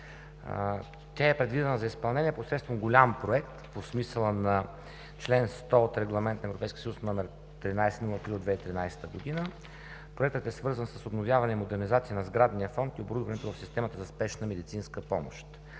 Тя е предвидена за изпълнение посредством голям проект по смисъла на чл. 100 от Регламент на Европейския съюз № 1303 от 2013 г. Проектът е свързан с обновяване и модернизация на сградния фонд и оборудването в системата за Спешна медицинска помощ.